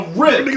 rip